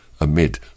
amid